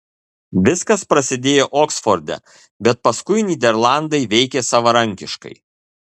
viskas prasidėjo oksforde bet paskui nyderlandai veikė savarankiškai